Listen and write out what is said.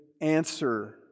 answer